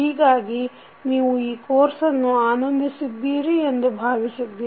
ಹೀಗಾಗಿ ನೀವು ಈ ಕೋರ್ಸನ್ನು ಆನಂದಿಸಿದ್ದೀರಿ ಎಂದು ಭಾವಿಸಿದ್ದೇನೆ